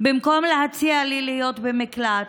במקום להציע לי להיות במקלט,